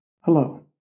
Hello